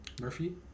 Murphy